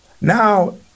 now